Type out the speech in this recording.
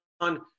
on